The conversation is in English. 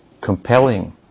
compelling